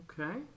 Okay